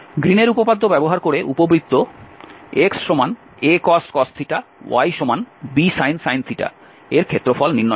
গ্রীনের উপপাদ্য ব্যবহার করে উপবৃত্ত xacos ybsin এর ক্ষেত্রফল নির্ণয় করো